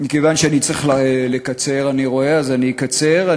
מכיוון שאני רואה שאני צריך לקצר,